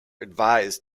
advised